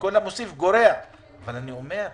ואני אומר,